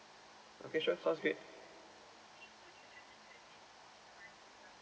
okay sure sounds good